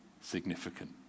significant